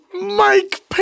Mike